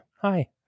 Hi